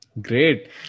Great